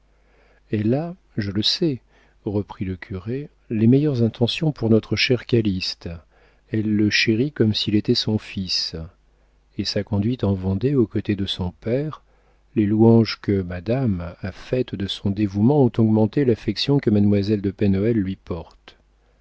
elle a je le sais reprit le curé les meilleures intentions pour notre cher calyste elle le chérit comme s'il était son fils et sa conduite en vendée aux côtés de son père les louanges que madame a faites de son dévouement ont augmenté l'affection que mademoiselle de pen hoël lui porte